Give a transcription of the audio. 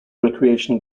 recreation